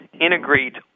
integrate